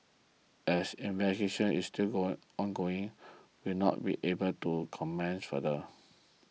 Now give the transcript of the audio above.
as investigation is still ongoing we will not be able to comment further